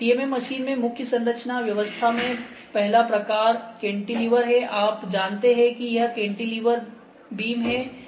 CMM machine में मुख्य संरचना व्यवस्था में पहला प्रकार केंटिलीवर हैं आप जानते हैं कि यह केंटिलीवर बीम है